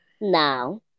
Now